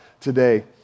today